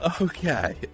Okay